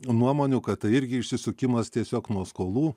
nuomonių kad tai irgi išsisukimas tiesiog nuo skolų